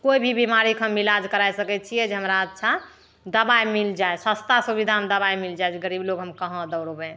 कोइ भी बीमारी कऽ हम इलाज कराए सकैत छियै जे हमरा अच्छा दबाइ मिल जाए सस्ता सुबिधामे दबाइ मिल जाए जे गरीब लोग हम कहाँ दौड़बै